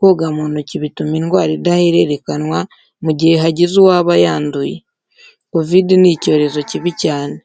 Koga mu ntoki bituma indwara idahererekanwa mu gihe hagize uwaba yanduye. Kovidi ni icyorezo kibi cyane.